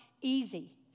easy